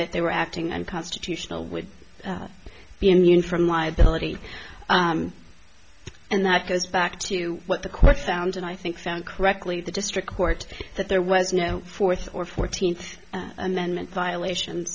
that they were acting and constitutional would be immune from liability and that goes back to what the courts found and i think found correctly the district court that there was no fourth or fourteenth amendment violations